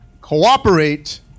Cooperate